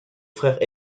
frère